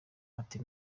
ati